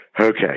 Okay